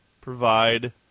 provide